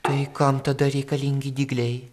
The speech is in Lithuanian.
tai kam tada reikalingi dygliai